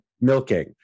milking